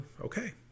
Okay